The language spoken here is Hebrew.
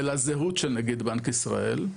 ולזהות של נגיד בנק ישראל,